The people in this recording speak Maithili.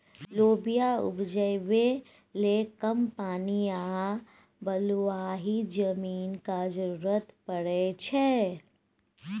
लोबिया उपजाबै लेल कम पानि आ बलुआही जमीनक जरुरत परै छै